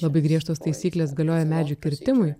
labai griežtos taisyklės galioja medžių kirtimui